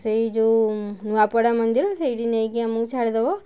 ସେଇ ଯେଉଁ ନୂଆପଡ଼ା ମନ୍ଦିର ସେଇଠି ନେଇକି ଆମକୁ ଛାଡ଼ି ଦେବ